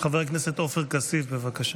חבר הכנסת עופר כסיף, בבקשה.